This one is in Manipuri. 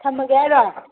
ꯊꯝꯃꯒꯦ ꯍꯥꯏꯔꯣ